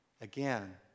Again